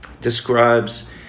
describes